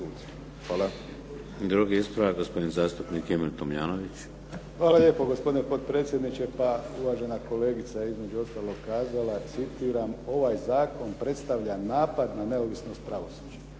(HDZ)** Drugi ispravak, gospodin zastupnik Emil Tomljanović. **Tomljanović, Emil (HDZ)** Hvala lijepo, gospodine potpredsjedniče. Pa uvažena je kolegica između ostalog kazala: "ovaj zakon predstavlja napad na neovisnost pravosuđa."